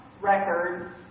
records